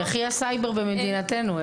יחי הסייבר במדינתנו.